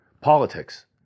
politics